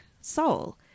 soul